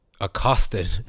accosted